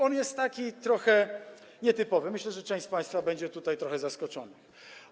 On jest taki trochę nietypowy, myślę, że część z państwa będzie tutaj trochę zaskoczona.